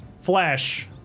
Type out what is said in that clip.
flash